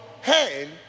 hand